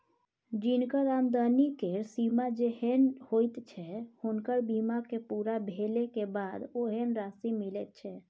जिनकर आमदनी केर सीमा जेहेन होइत छै हुनकर बीमा के पूरा भेले के बाद ओहेन राशि मिलैत छै